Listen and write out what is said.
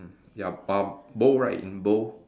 ya uh bold right in bold